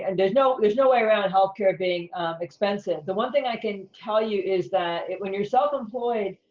and there's no there's no way around healthcare being expensive. the one thing i can tell you is that when you're self-employed,